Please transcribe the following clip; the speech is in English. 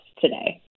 today